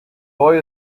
boy